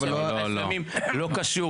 פשוט